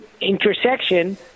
intersection